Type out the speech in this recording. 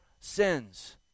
sins